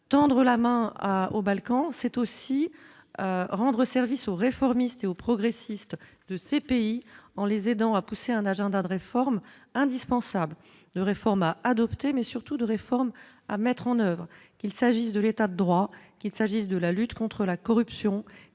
tendre la main à aux Balkans, c'est aussi rendre service aux réformistes et aux progressistes de ces pays en les aidant à pousser un agenda de réformes indispensables de réformes à adopter, mais surtout de réformes à mettre en oeuvre, qu'il s'agisse de l'étape droit qu'il s'agisse de la lutte contre la corruption, qu'il s'agisse de la lutte